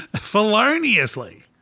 feloniously